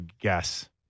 guess